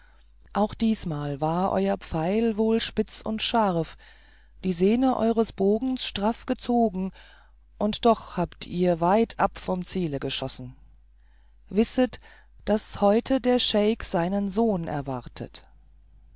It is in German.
auch diesmal war euer pfeil wohl spitzig und scharf die sehne eures bogens straff angezogen und doch habt ihr weitab vom ziele geschossen wisset daß heute der scheik seinen sohn erwartet